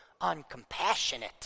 uncompassionate